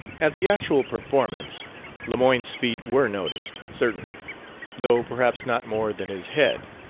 at the actual performance lemoyne's feet were noticed, certainly though perhaps not more than his head.